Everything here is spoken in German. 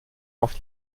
auf